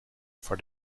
for